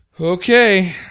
Okay